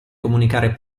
comunicare